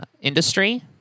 industry